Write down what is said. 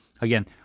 again